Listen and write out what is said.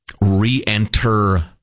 re-enter